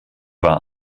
war